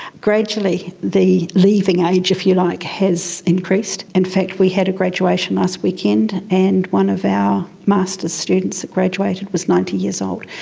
gradually the leaving age, if you like, has increased. in fact we had a graduation last weekend and one of our master's students that graduated was ninety years old,